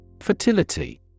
Fertility